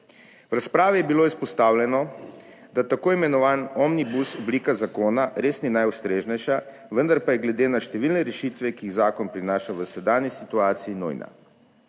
V razpravi je bilo izpostavljeno, da tako imenovana omnibus oblika zakona res ni najustreznejša, vendar pa je glede na številne rešitve, ki jih zakon prinaša, v sedanji situaciji nujna.